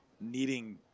needing